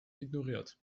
ignoriert